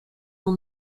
will